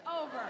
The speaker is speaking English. over